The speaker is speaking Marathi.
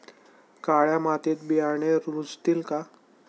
काळ्या मातीत बियाणे रुजतील का?